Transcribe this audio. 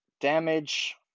damage